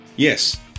Yes